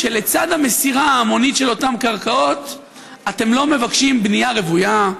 שלצד המסירה ההמונית של אותן קרקעות אתם לא מבקשים בנייה רוויה,